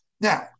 Now